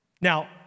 Now